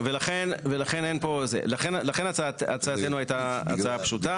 ולכן, הצעתנו הייתה הצעה פשוטה.